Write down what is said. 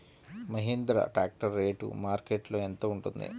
Mahindra tractor rate మార్కెట్లో యెంత ఉంటుంది?